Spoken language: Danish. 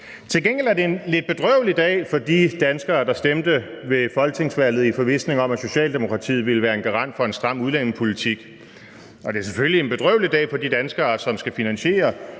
Til gengæld er det en lidt bedrøvelig dag for de danskere, der ved folketingsvalget stemte i forvisning om, at Socialdemokratiet ville være en garant for en stram udlændingepolitik; og det er selvfølgelig en bedrøvelig dag for de danskere, som skal finansiere